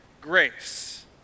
grace